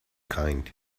kind